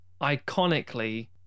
iconically